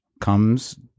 comes